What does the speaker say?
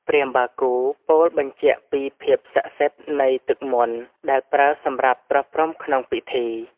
ព្រាហ្មណ៍បាគូពោលបញ្ជាក់ពីភាពស័ក្តិសិទ្ធិនៃទឹកមន្ត ដែលប្រើសម្រាប់ប្រោះព្រំក្នុងពិធី។